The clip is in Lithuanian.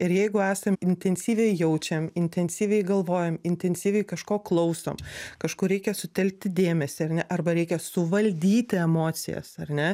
ir jeigu esam intensyviai jaučiam intensyviai galvojam intensyviai kažko klausom kažkur reikia sutelkti dėmesį ar ne arba reikia suvaldyti emocijas ar ne